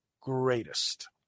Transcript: greatest